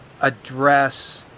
address